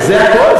זה הכול?